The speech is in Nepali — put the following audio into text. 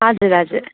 हजुर हजुर